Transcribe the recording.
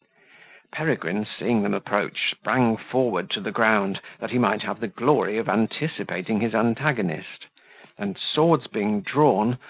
peregrine, seeing them approach sprang forward to the ground, that he might have the glory of anticipating his antagonist and swords being drawn,